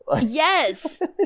Yes